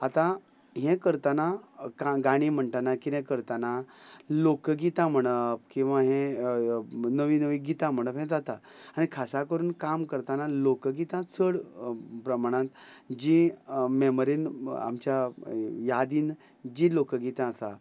आतां हें करतना गाणी म्हणटना कितें करतना लोकगितां म्हणप किंवां हे नवी नवी गितां म्हणप हें जाता आनी खासा करून काम करतना लोकगितां चड प्रमाणांत जी मेमोरीन आमच्या यादीन जी लोकगितां आसा